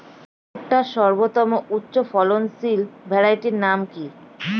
ভুট্টার সর্বোত্তম উচ্চফলনশীল ভ্যারাইটির নাম কি?